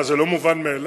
מה, זה לא מובן מאליו?